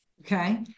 Okay